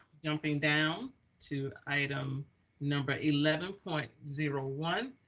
jumping down to item number eleven point zero one.